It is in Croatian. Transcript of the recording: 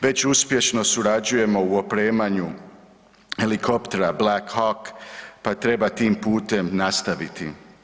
Već uspješno surađujemo u opremanje helikoptera Black Hawk pa treba tim putem nastaviti.